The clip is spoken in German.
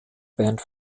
band